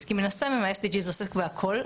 כי מן הסתם אם ה-SDG עוסק בהכול,